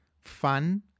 fun